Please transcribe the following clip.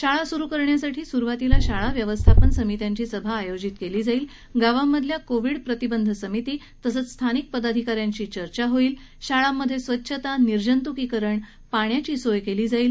शाळा सुरु करण्यासाठी सुरुवातीला शाळा व्यवस्थापन समित्यांची सभा आयोजित केली जाईल गावांमधल्या कोविड प्रतिबंध समिती तसंच स्थानिक पदाधिका यांशी चर्चा केली जाईल शाळांमध्ये स्वच्छता निर्जंतुकीकरण पाण्याची सोय केली जाईल